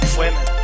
women